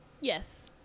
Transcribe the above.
Yes